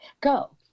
go